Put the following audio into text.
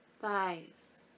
Thighs